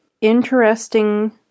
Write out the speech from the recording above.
interesting